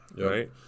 right